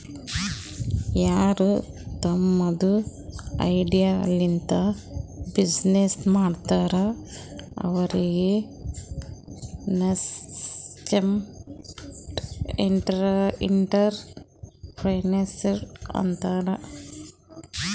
ಯಾರು ತಮ್ದು ಐಡಿಯಾ ಲಿಂತ ಬಿಸಿನ್ನೆಸ್ ಮಾಡ್ತಾರ ಅವ್ರಿಗ ನಸ್ಕೆಂಟ್ಇಂಟರಪ್ರೆನರ್ಶಿಪ್ ಅಂತಾರ್